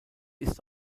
ist